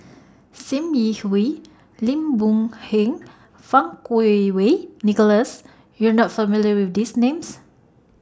SIM Yi Hui Lim Boon Heng and Fang Kuo Wei Nicholas YOU Are not familiar with These Names